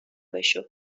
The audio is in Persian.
بشو